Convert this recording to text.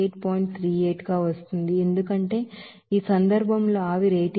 38 గా వస్తుంది ఎందుకంటే ఈ సందర్భంలో ఈ ఆవిరి 88